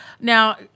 now